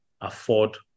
afford